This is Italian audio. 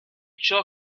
ciò